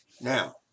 Now